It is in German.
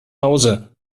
hause